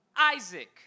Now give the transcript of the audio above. Isaac